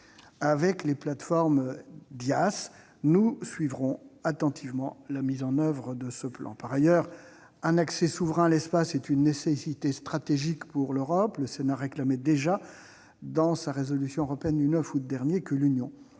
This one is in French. avec les plateformes DIAS. Nous suivrons attentivement la mise en oeuvre de ce plan. Par ailleurs, un accès souverain à l'espace est une nécessité stratégique pour l'Europe. Le Sénat réclamait déjà, dans sa résolution européenne du 9 août dernier, que l'Union